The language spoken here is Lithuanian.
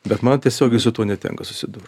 bet man tiesiogiai su tuo netenka susidurt